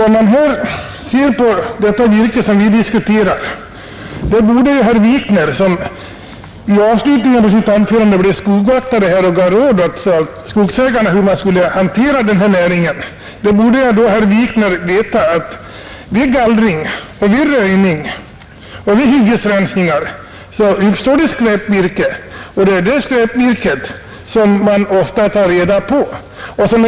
Herr Wikner, som i slutet av sitt anförande blev skogvaktare och gav råd åt skogsägarna, hur de skall hantera den här näringen, borde veta att det vid gallring och röjning och hyggesrensningar uppstår ”skräpvirke” och att det är detta virke som man ofta tar reda på.